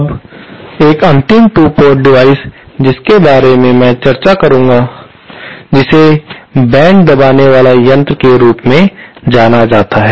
अब एक अंतिम 2 पोर्ट डिवाइस जिसके बारे में मैं चर्चा करना चाहूंगा जिसे बेंड्स दबाने वाले यंत्र के रूप में जाना जाता है